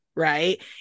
right